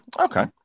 Okay